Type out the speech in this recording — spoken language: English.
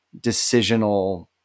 decisional